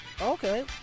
okay